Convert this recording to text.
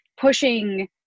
pushing